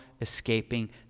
escaping